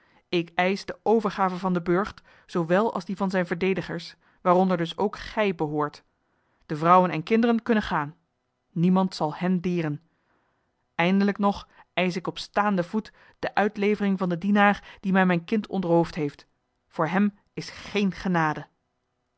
ik eisch de overgave van den burcht zoowel als die van zijne verdedigers waaronder dus ook gij behoort de vrouwen en kinderen kunnen gaan niemand zal hen deren eindelijk nog eisch ik op staanden voet de uitlevering van den dienaar die mij mijn kind ontroofd heeft voor hem is geen genade